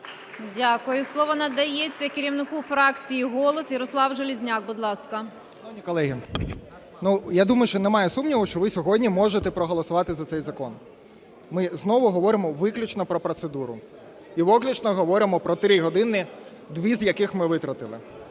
Дякую. Слово надається керівнику фракції "Голос", Ярослав Железняк, будь ласка. 13:18:10 ЖЕЛЕЗНЯК Я.І. Шановні колеги, я думаю, що немає сумніву, що ви сьогодні можете проголосувати за цей закон. Ми знову говоримо виключно про процедуру і виключно говоримо про три години, дві з яких ми витратили.